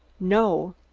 no.